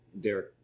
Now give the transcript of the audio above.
Derek